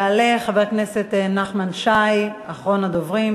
יעלה חבר הכנסת נחמן שי, אחרון הדוברים.